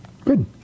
Good